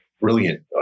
brilliant